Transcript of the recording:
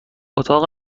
اتاق